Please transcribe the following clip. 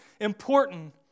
important